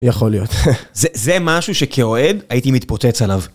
יכול להיות, זה משהו שכאוהד הייתי מתפוצץ עליו.